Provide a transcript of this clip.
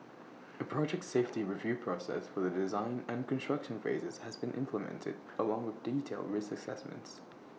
A project safety review process for the design and construction phases has been implemented along with detailed risk assessments